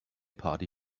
party